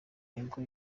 nibwo